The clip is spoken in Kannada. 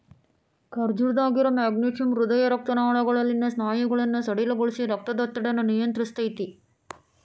ಖರ್ಜೂರದಾಗಿರೋ ಮೆಗ್ನೇಶಿಯಮ್ ಹೃದಯ ಮತ್ತ ರಕ್ತನಾಳಗಳಲ್ಲಿನ ಸ್ನಾಯುಗಳನ್ನ ಸಡಿಲಗೊಳಿಸಿ, ರಕ್ತದೊತ್ತಡನ ನಿಯಂತ್ರಸ್ತೆತಿ